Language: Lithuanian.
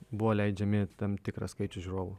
buvo leidžiami tam tikras skaičius žiūrovų